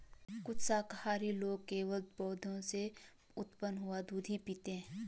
कुछ शाकाहारी लोग केवल पौधों से उत्पन्न हुआ दूध ही पीते हैं